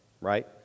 right